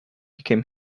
became